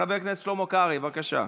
חבר הכנסת שלמה קרעי, בבקשה.